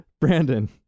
Brandon